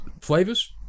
Flavours